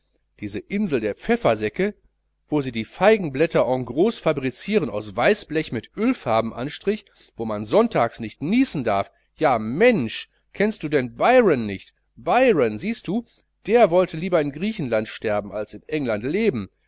diese insel der pfeffersäcke wo sie die feigenblätter en gros fabrizieren aus weißblech mit ölfarbenanstrich wo man sonntags nicht niesen darf ja mensch kennst du denn byron nicht byron siehst du der wollte lieber in griechenland sterben als in england leben